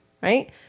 Right